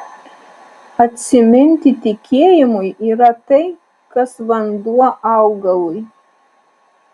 atsiminti tikėjimui yra tai kas vanduo augalui